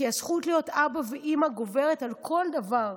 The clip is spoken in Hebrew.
כי הזכות להיות אבא ואימא גוברת על כל דבר,